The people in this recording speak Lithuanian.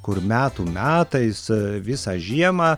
kur metų metais visą žiemą